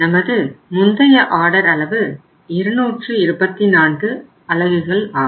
நமது முந்தைய ஆர்டர் அளவு 224 அலகுகள் ஆகும்